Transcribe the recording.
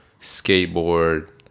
skateboard